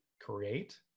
create